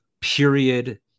period